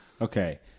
Okay